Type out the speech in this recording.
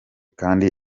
kandi